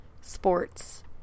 sports